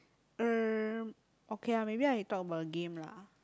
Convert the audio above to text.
uh okay ah maybe I talk about the game lah